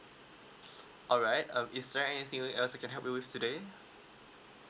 alright um is there anything else I can help you with today